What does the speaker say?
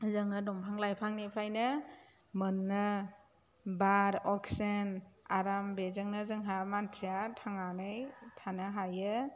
जोङो दंफां लाइफांनिफ्रायनो मोनो बार अक्सिजेन आराम बेजोंनो जोंहा मानसिया थांनानै थानो हायो